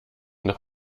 noch